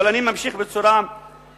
אבל אני ממשיך בצורה הזאת.